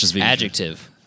adjective